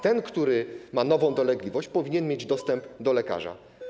Ten, kto ma nową dolegliwość, powinien mieć dostęp do lekarza.